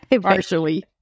partially